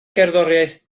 gerddoriaeth